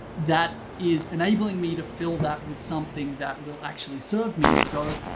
that is enabling me to fill that with something that will actually serve me. so,